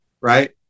right